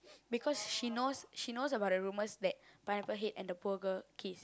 because she knows she knows about the rumors that Pineapple Head and the poor girl kiss